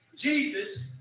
Jesus